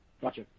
Gotcha